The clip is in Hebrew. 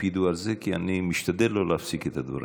תקפידו על זה, כי אני משתדל שלא להפסיק את הדברים.